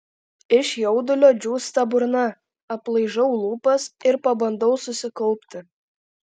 iš jaudulio džiūsta burna aplaižau lūpas ir pabandau susikaupti